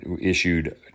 issued